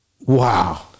Wow